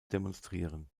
demonstrieren